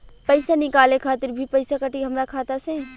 पईसा निकाले खातिर भी पईसा कटी हमरा खाता से?